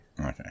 Okay